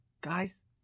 guys